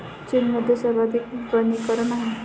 चीनमध्ये सर्वाधिक वनीकरण आहे